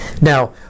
Now